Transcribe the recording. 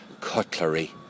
cutlery